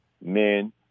men